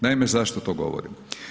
Naime zašto to govorim?